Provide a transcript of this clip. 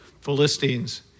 Philistines